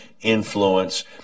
influence